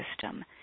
system